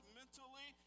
mentally